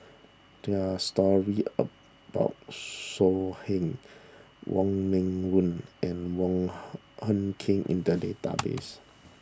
there are stories about So Heng Wong Meng Voon and Wong Hung Khim in the database